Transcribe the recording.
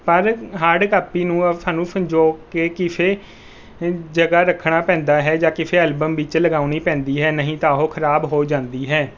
ਪਰ hard copy ਨੂੰ ਔਰ ਸਾਨੂੰ ਸੰਜੋਅ ਕੇ ਕਿਸੇ ਜਗ੍ਹਾ ਰੱਖਣਾ ਪੈਂਦਾ ਹੈ ਜਾਂ ਕਿਸੇ ਐਲਬਮ ਵਿੱਚ ਲਗਾਉਣੀ ਪੈਂਦੀ ਹੈ ਨਹੀਂ ਤਾਂ ਉਹ ਖਰਾਬ ਹੋ ਜਾਂਦੀ ਹੈ